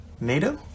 NATO